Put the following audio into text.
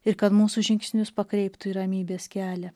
ir kad mūsų žingsnius pakreiptų į ramybės kelią